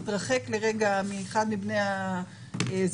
להתרחק לרגע מאחד מבני הזוג,